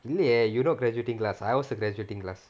இல்லையே:illayae you not graduating class I was the graduating class